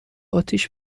آتیش